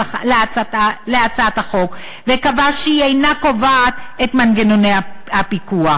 להצעת החוק וקבע שהיא אינה קובעת את מנגנוני הפיקוח.